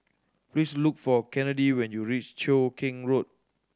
please look for Kennedi when you reach Cheow Keng Road